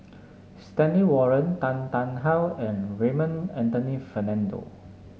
Stanley Warren Tan Tarn How and Raymond Anthony Fernando